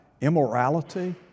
immorality